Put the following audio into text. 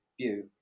view